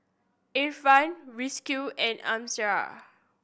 Irfan Rizqi and Amsyar